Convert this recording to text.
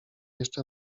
jeszcze